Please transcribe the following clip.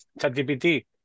ChatGPT